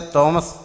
Thomas